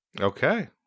Okay